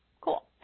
cool